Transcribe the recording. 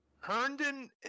Herndon